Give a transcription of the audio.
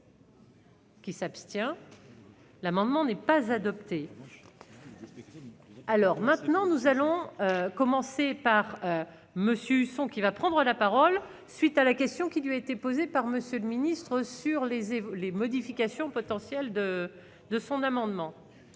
Qui s'abstient. L'amendement n'est pas adopté. Alors maintenant, nous allons commencer par Monsieur, qui va prendre la parole. Suite à la question qui lui a été posée par monsieur le ministre, sur. Les et les modifications potentielles de de son amendement.